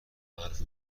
معروف